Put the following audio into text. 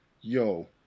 Yo